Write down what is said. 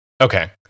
Okay